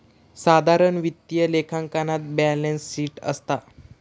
साधारण वित्तीय लेखांकनात बॅलेंस शीट असता